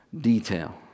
detail